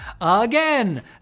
again